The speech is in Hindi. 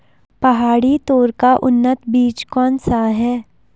पहाड़ी तोर का उन्नत बीज कौन सा है?